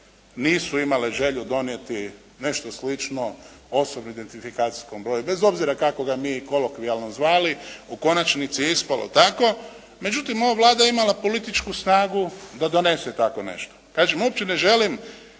nisu imale želju donijeti nešto slično, osobni identifikacijskom broju, bez obzira kako ga mi kolokvijalno zvali, u konačnici je ispalo tako, međutim, ova Vlada je imala političku snagu da donese tako nešto. Kažem, uopće ne želim